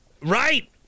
Right